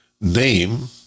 name